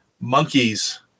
monkeys